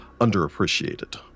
underappreciated